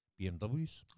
BMWs